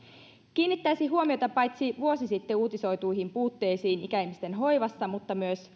kiinnittäisin huomiota paitsi vuosi sitten uutisoituihin puutteisiin ikäihmisten hoivassa myös